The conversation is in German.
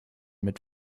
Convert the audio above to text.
mit